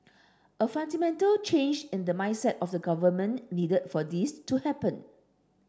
a fundamental change in the mindset of the government needed for this to happen